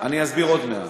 אני אסביר עוד מעט.